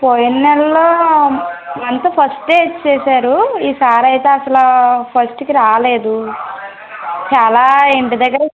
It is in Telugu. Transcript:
పోయిన నెల్లో మంత ఫస్ట్ డే ఇచ్చేశారు ఈ సారి అయితే అసలా ఫస్టకి రాలేదు చాలా ఇంటి దగ్గర